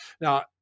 Now